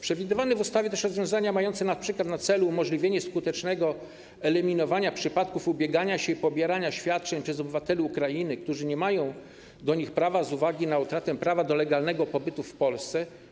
Przewidywane są też w ustawie rozwiązania mające np. na celu umożliwienie skutecznego eliminowania przypadków ubiegania się o świadczenia i pobierania ich przez obywateli Ukrainy, którzy nie mają do nich prawa z uwagi na utratę prawa do legalnego pobytu w Polsce.